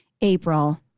April